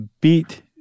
beat